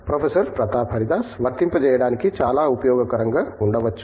professor Pratap Haridas వర్తింపచేయడానికి చాలా ఉపయోగకరంగా ఉండవచ్చు